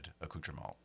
accoutrement